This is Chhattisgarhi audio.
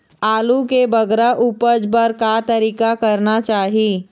आलू के बगरा उपज बर का तरीका करना चाही?